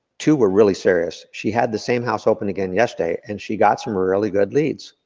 two were really serious. she had the same house open again yesterday, and she got some really good leads.